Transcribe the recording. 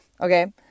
Okay